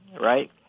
right